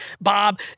Bob